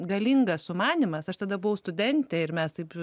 galingas sumanymas aš tada buvau studentė ir mes taip